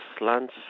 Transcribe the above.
lunch